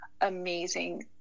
amazing